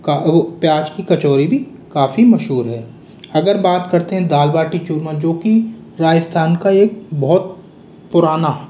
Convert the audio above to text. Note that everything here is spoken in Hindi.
प्याज की कचौड़ी भी काफ़ी मशहूर है अगर बात करते है दाल बाटी चूरमा जो की राजस्थान का एक बहुत पुराना